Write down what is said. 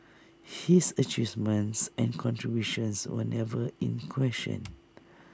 his achievements and contributions were never in question